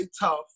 tough